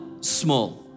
small